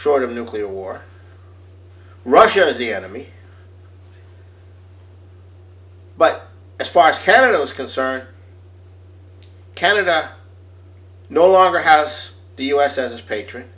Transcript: short of nuclear war russia is the enemy but as far as canada is concerned canada no longer has the u s s patron